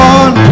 on